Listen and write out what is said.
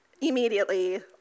immediately